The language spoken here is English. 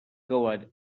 covered